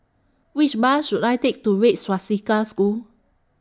Which Bus should I Take to Red Swastika School